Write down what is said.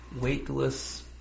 weightless